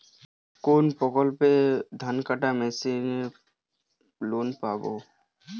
কোন প্রকল্পে ধানকাটা মেশিনের লোন পাব?